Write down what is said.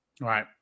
right